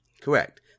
Correct